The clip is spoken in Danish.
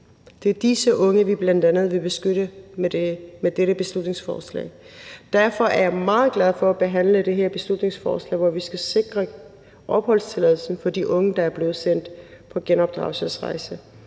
Det er disse unge, vi bl.a. vil beskytte med dette beslutningsforslag. Derfor er jeg meget glad for at behandle det her beslutningsforslag, hvor vi skal sikre opholdstilladelsen for de unge, der er blevet sendt på genopdragelsesrejse.